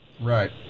Right